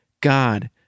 God